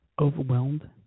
overwhelmed